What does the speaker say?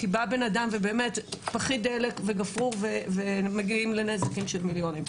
כי בא אדם עם פחית דלק וגפרור ומגיעים לנזקים של מיליונים.